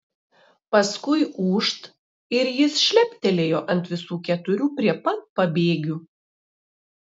paskui ūžt ir jis šleptelėjo ant visų keturių prie pat pabėgių